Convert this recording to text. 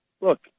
Look